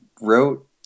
wrote